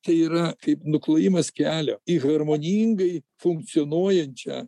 tai yra kaip nuklojimas kelio į harmoningai funkcionuojančią